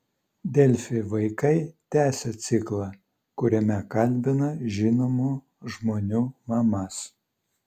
delfi vaikai tęsia ciklą kuriame kalbina žinomų žmonių mamas